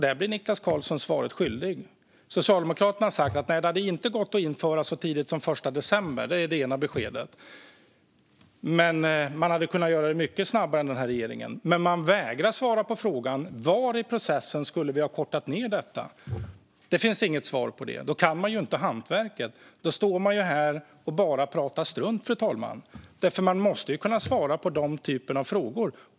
Där blir Niklas Karlsson svaret skyldig. Socialdemokraterna har sagt att detta inte hade gått att införa så tidigt som den 1 december; det är det ena beskedet. Man hade tydligen kunnat göra det mycket snabbare än den här regeringen, men man vägrar att svara på frågan om var i processen vi skulle ha kortat ned det hela. Det finns inget svar på det. Då kan man inte hantverket. Då står man här, fru talman, och bara pratar strunt. Man måste kunna svara på den typen av frågor.